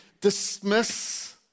dismiss